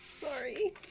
Sorry